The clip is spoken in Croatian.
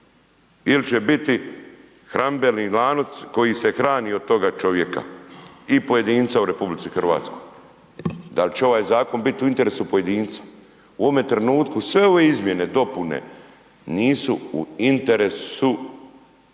ili će biti hranidbeni lanac koji se hrani od toga čovjeka i pojedinca u RH. Da li će ovaj zakon biti u interesu pojedinca. U ovome trenutku sve ove izmjene, dopune nisu u interesu čovjeka